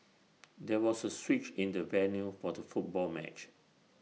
there was A switch in the venue for the football match